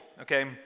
okay